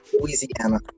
Louisiana